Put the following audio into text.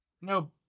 no